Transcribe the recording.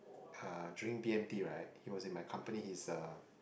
ha during B_M_T right he was in my company he's uh